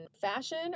fashion